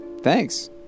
thanks